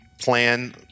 plan